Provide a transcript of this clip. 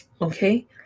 okay